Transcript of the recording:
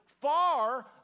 far